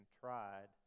tried